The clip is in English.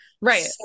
right